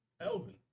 Elvin